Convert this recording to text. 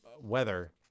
weather